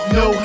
no